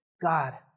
God